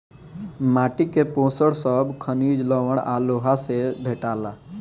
माटी के पोषण सब खनिज, लवण आ लोहा से भेटाला